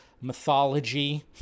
mythology